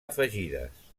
afegides